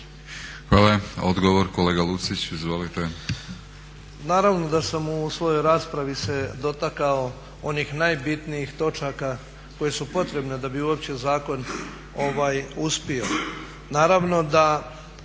Hvala. Odgovor kolega Lucić, izvolite.